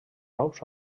ous